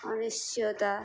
অনিশ্চয়তা